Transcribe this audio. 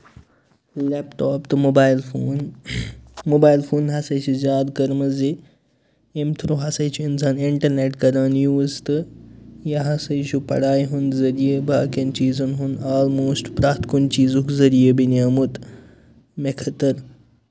لیپ top تہٕ mobile phone mobile phone ہسا چھِ زیادٕ کٔرمٕژ زِ ییٚمہِ تھرٛوٗ ہسا چھُ اِنسان اِنٹرنیٹ کران یوٗز تہٕ یاہَس یہِ چھُ پَڑایہِ ہُنٛد ذریعہِ باقین چیٖزَن ہُنٛد آل موسٹ پرٛتھ کُنہِ چیٖزُک ذریعہِ بَنیٛوومُت مےٚ خٲطٔر